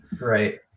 Right